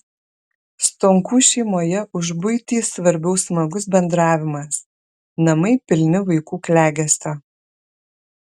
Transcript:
stonkų šeimoje už buitį svarbiau smagus bendravimas namai pilni vaikų klegesio